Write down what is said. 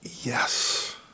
yes